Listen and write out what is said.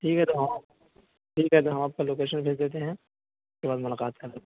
ٹھیک ہے تو ہم ٹھیک ہے تو ہم آپ کو لوکیشن بھیج دیتے ہیں اس کے بعد ملاقات کر لیں